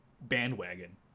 bandwagon